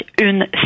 une